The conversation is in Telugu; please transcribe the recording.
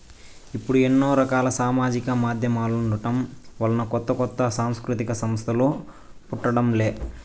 ఇప్పుడు ఎన్నో రకాల సామాజిక మాధ్యమాలుండటం వలన కొత్త కొత్త సాంస్కృతిక సంస్థలు పుట్టడం లే